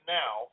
now